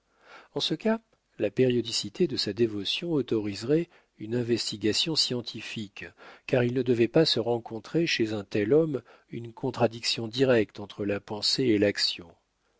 en ce cas la périodicité de sa dévotion autoriserait une investigation scientifique car il ne devait pas se rencontrer chez un tel homme une contradiction directe entre la pensée et l'action